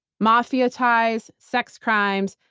mafia ties, sex crimes,